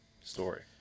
story